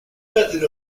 method